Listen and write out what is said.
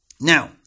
Now